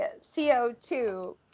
CO2